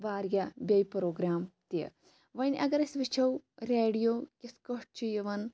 واریاہ بییہِ پروگرام تہِ وۄنۍ اَگَر أسۍ وٕچھو ریڈیو کِتھ کٲٹھۍ چھ یِوان